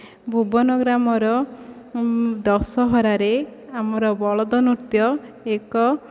ଭୁବନ ଗ୍ରାମର ଦଶହରାରେ ଆମର ବଳଦ ନୃତ୍ୟ ଏକ